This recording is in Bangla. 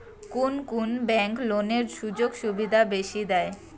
কুন কুন ব্যাংক লোনের সুযোগ সুবিধা বেশি দেয়?